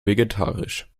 vegetarisch